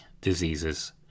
diseases